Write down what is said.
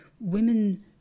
women